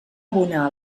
abonar